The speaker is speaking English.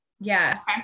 Yes